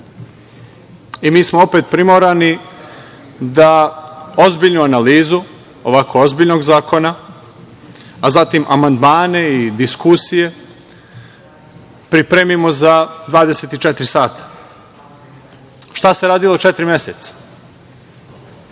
i mi smo opet primorani da ozbiljnu analizu ovako ozbiljnog zakona, a zatim amandmane i diskusije pripremimo za 24 sata. Šta se radilo četiri meseca